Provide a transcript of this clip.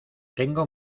tengo